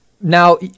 now